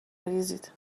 بریزید